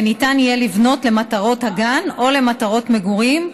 וניתן יהיה לבנות למטרות הגן או למטרות מגורים,